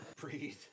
Breathe